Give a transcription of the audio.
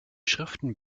schriften